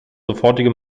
sofortige